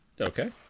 Okay